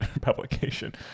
publication